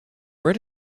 where